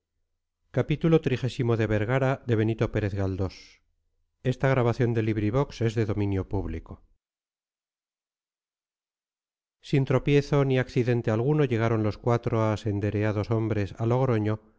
sin tropiezo ni accidente alguno llegaron los cuatro asendereados hombres a logroño